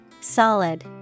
Solid